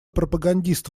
пропагандист